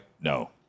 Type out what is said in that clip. No